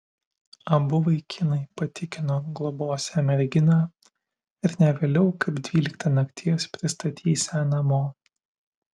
abu vaikinai patikino globosią merginą ir ne vėliau kaip dvyliktą nakties pristatysią namo